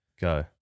Go